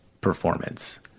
performance